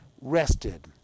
rested